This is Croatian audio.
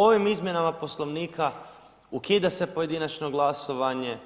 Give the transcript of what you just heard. Ovim izmjenama Poslovnika ukida se pojedinačno glasovanje